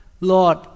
Lord